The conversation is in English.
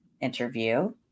interview